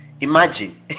Imagine